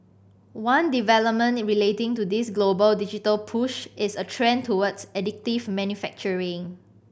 one development relating to this global digital push is a trend towards additive manufacturing